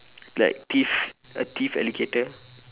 like thief a thief alligator